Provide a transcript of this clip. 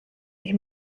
ich